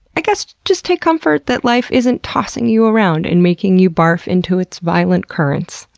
i guess just take comfort that life isn't tossing you around and making you barf into its violent currents.